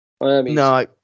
No